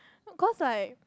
cause I